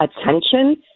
attention